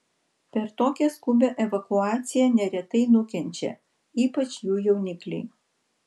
per tokią skubią evakuaciją neretai nukenčia ypač jų jaunikliai